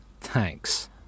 Thanks